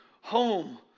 home